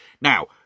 Now